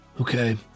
Okay